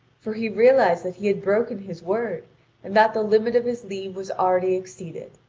for he realised that he had broken his word, and that the limit of his leave was already exceeded.